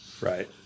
right